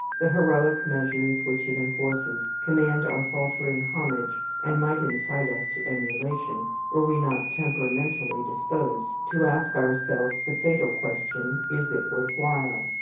the heroic measures which it enforces command our faltering homage, and might incite us to emulation, were we not temperamentally disposed to ask ourselves the fatal question, is it worth while?